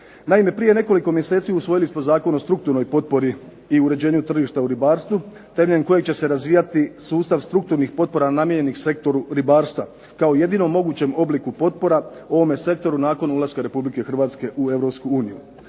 Naime, prije nekoliko mjeseci usvojili smo Zakon o strukturnoj potpori i uređenju tržište u ribarstvu temeljem kojih će se razvijati sustav strukturnih potpora namijenjeni sektoru ribarstva kao jedinom mogućem obliku potpora ovome sektoru nakon ulaska Republike Hrvatske u